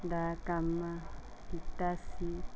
ਦਾ ਕੰਮ ਕੀਤਾ ਸੀ